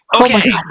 okay